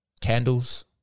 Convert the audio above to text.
Candles